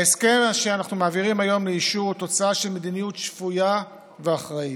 ההסכם שאנחנו מעבירים היום לאישור הוא תוצאה של מדיניות שפויה ואחראית,